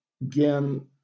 again